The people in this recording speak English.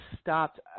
stopped